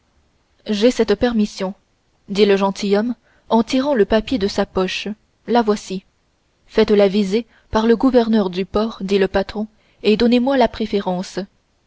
j'ai cette permission dit le gentilhomme en tirant un papier de sa poche la voici faites-la viser par le gouverneur du port dit le patron et donnez-moi la préférence